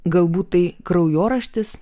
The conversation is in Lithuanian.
galbūt tai kraujoraštis